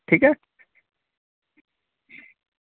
ठीक ऐ